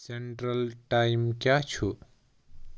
central time کیٛاہ چھُ